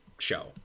show